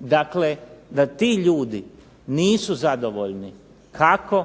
dakle da ti ljudi nisu zadovoljni kako,